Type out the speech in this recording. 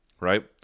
right